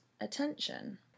attention